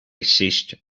ceased